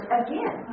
again